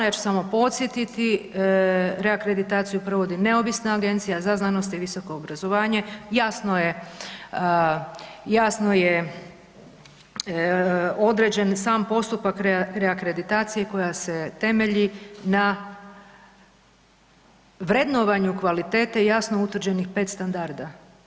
3 Ja ću samo podsjetiti, reakreditaciju provodi neovisna Agencija za znanost i visoko obrazovanje, jasno je određen sam postupak reakreditacije koja se temelji na vrednovanje kvalitete jasno utvrđenih 5 standarda.